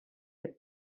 est